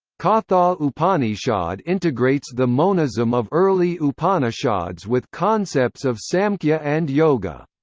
katha upanishad integrates the monism of early upanishads with concepts of samkhya and yoga.